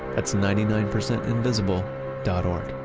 s ninety nine percentinvisible dot org.